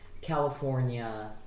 California